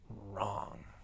wrong